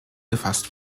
gefasst